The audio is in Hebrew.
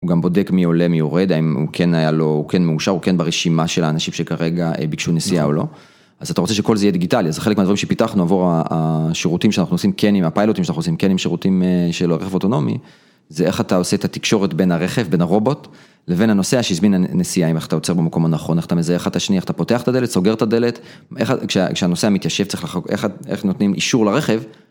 הוא גם בודק מי עולה, מי יורד, האם הוא כן היה לו, הוא כן מאושר, הוא כן ברשימה של האנשים שכרגע ביקשו נסיעה או לא. אז אתה רוצה שכל זה יהיה דיגיטלי, זה חלק מהדברים שפיתחנו עבור השירותים שאנחנו עושים כן עם הפיילוטים, שאנחנו עושים כן עם שירותים של רכב אוטונומי. זה איך אתה עושה את התקשורת בין הרכב, בין הרובוט, לבין הנוסע שהזמין את הנסיעה, איך אתה עוצר במקום הנכון, איך אתה מזהה אאותו, איך אתה פותח את הדלת, סוגר את הדלת. כשהנושא מתיישב צריך לחגור, איך נותנים אישור לרכב.